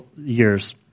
Years